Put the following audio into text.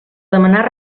demanar